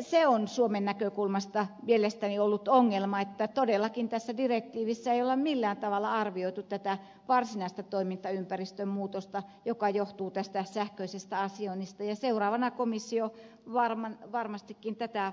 se on suomen näkökulmasta mielestäni ollut ongelma että todellakaan tässä direktiivissä ei ole millään tavalla arvioitu tätä varsinaista toimintaympäristön muutosta joka johtuu tästä sähköisestä asioinnista ja seuraavana komissio varmastikin tätä